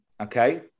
okay